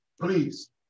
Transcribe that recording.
Please